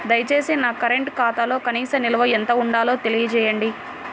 దయచేసి నా కరెంటు ఖాతాలో కనీస నిల్వ ఎంత ఉండాలో తెలియజేయండి